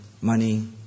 money